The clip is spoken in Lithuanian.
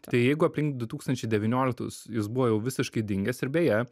tai jeigu aplink du tūkstančiai devynioliktus jis buvo jau visiškai dingęs ir beje